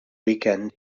weekend